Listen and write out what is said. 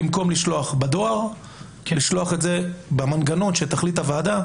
במקום לשלוח בדואר לשלוח את זה במנגנון שתחליט הוועדה,